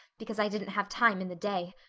because i didn't have time in the day.